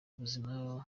ubuzima